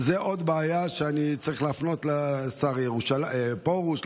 זו עוד בעיה שאני צריך להפנות לשר הדתות פרוש,